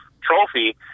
trophy